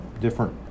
different